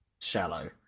shallow